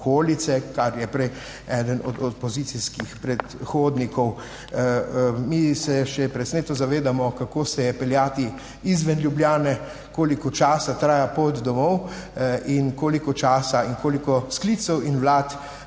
kar je prej eden od opozicijskih predhodnikov. Mi se še presneto zavedamo, kako se je peljati izven Ljubljane, koliko časa traja pot domov in koliko časa in koliko sklicev in vlad,